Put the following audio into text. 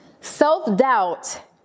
Self-doubt